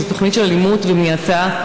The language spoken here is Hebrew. זו תוכנית של מניעת אלימות.